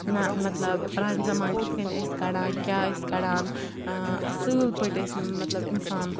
نہَ مَطلَب پرانہٕ زَمانہٕ کِتھ کنۍ کَڑان اَصل پٲٹھۍ ٲسۍ مَطلَب اِنسان